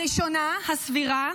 הראשונה, הסבירה,